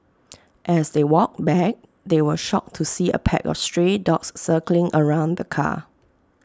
as they walked back they were shocked to see A pack of stray dogs circling around the car